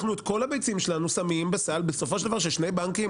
אנחנו את כל הביצים שלנו שמים בסל בסופו של דבר של שני בנקים,